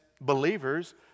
believers